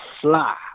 fly